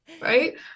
Right